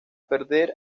perder